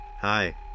Hi